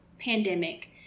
pandemic